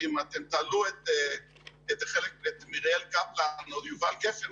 ואם אתם תעלו את מריאל קפלן או יובל גפן,